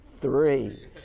Three